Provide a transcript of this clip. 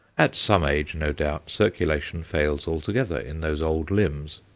at some age, no doubt, circulation fails altogether in those old limbs,